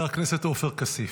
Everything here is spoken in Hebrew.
חבר הכנסת עופר כסיף,